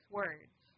words